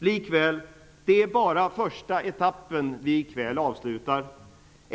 Likväl är det bara första etappen som vi avslutar i kväll.